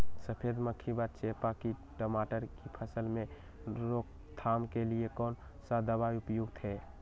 सफेद मक्खी व चेपा की टमाटर की फसल में रोकथाम के लिए कौन सा दवा उपयुक्त है?